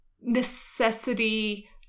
necessity